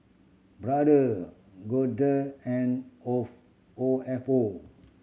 Brother Golder and of O F O